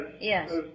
Yes